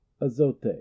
Azote